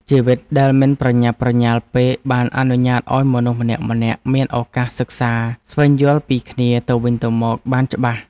ជីវិតដែលមិនប្រញាប់ប្រញាល់ពេកបានអនុញ្ញាតឱ្យមនុស្សម្នាក់ៗមានឱកាសសិក្សាស្វែងយល់ពីគ្នាទៅវិញទៅមកបានច្បាស់។